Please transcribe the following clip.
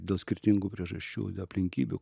dėl skirtingų priežasčių aplinkybių